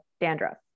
dandruff